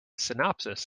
synopsis